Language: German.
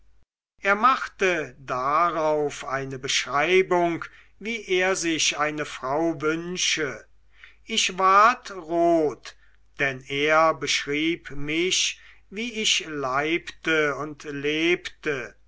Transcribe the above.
er machte darauf eine beschreibung wie er sich eine frau wünsche ich ward rot denn er beschrieb mich wie ich leibte und lebte